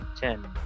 ten